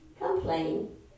complain